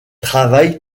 travaille